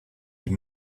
die